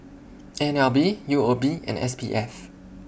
N L B U O B and S P F